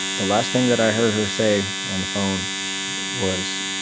the last thing that i heard her say on the phone was,